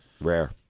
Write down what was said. Rare